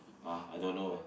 uh I don't know ah